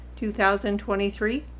2023